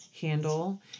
handle